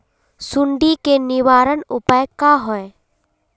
सुंडी के निवारण उपाय का होए?